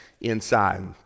inside